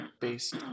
based